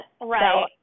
Right